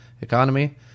economy